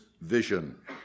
vision